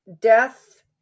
death